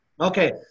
Okay